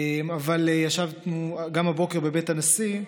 אבל ישבנו הבוקר בבית הנשיא.